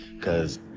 Cause